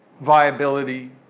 viability